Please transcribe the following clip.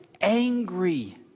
angry